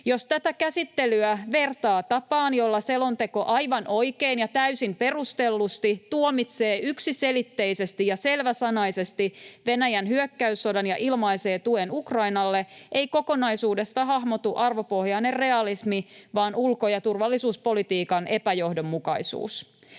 Jos tätä käsittelyä vertaa tapaan, jolla selonteko aivan oikein ja täysin perustellusti tuomitsee yksiselitteisesti ja selväsanaisesti Venäjän hyökkäyssodan ja ilmaisee tuen Ukrainalle, ei kokonaisuudesta hahmotu arvopohjainen realismi, vaan ulko- ja turvallisuuspolitiikan epäjohdonmukaisuus.